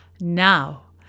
Now